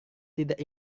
tidak